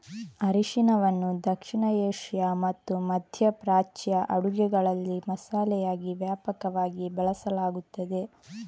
ಅರಿಶಿನವನ್ನು ದಕ್ಷಿಣ ಏಷ್ಯಾ ಮತ್ತು ಮಧ್ಯ ಪ್ರಾಚ್ಯ ಅಡುಗೆಗಳಲ್ಲಿ ಮಸಾಲೆಯಾಗಿ ವ್ಯಾಪಕವಾಗಿ ಬಳಸಲಾಗುತ್ತದೆ